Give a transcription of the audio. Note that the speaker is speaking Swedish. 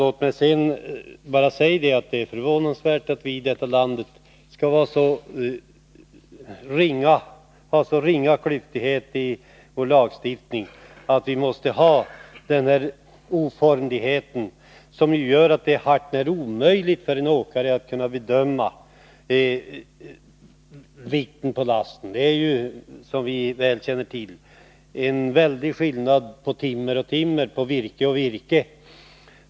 Låt mig sedan bara säga att det är förvånansvärt att vi i detta land har sådana oformligheter i vår lagstiftning att det är hart när omöjligt för en åkare att kunna bedöma vikten på fordonslasten. Det är väl känt att det är skillnad på timmer och timmer och på virke och virke.